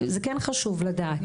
חשוב לדעת את זה.